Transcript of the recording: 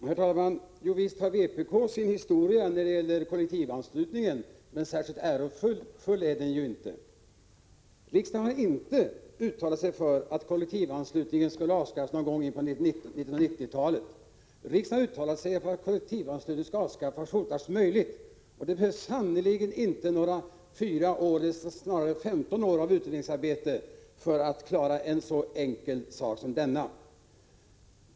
Herr talman! Visst har vpk sin historia när det gäller kollektivanslutningen, men särskilt ärofull är den ju inte. Riksdagen har inte uttalat sig för att kollektivanslutningen skulle avskaffas någon gång på 1990-talet. Riksdagen har uttalat sig för att den skall avskaffas fortast möjligt. Det behövs sannerligen inte några fyra, eller snarare 15, år av utredningsarbete för att klara en så enkel sak som denna.